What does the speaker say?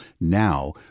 now